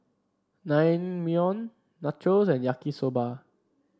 Naengmyeon Nachos and Yaki Soba